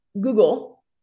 Google